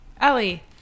Ellie